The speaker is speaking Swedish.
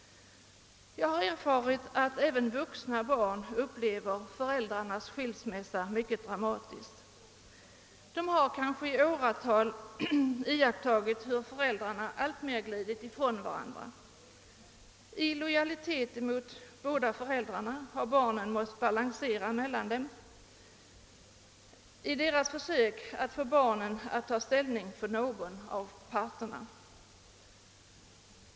Jag har erfarit att även vuxna barn upplever föräldrarnas skilsmässa mycket dramatiskt. De har kanske i åratal iakttagit hur föräldrarna alltmer glidit ifrån varandra. I lojalitet mot båda föräldrarna har barnen måst balansera mellan dessa när de försökt få barnen att ta ställning för någon av dem.